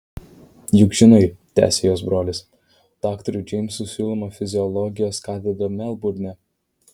juk žinai tęsė jos brolis daktarui džeimsui siūloma fiziologijos katedra melburne